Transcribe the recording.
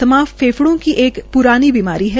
दमा फेफड़ो की एक प्रानी बीमारी है